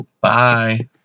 Bye